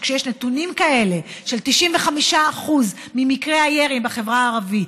כשיש נתונים כאלה ש-95% ממקרי הירי הם בחברה הערבית,